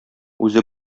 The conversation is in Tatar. үзе